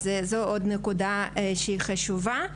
אז זו עוד נקודה שהיא חשובה.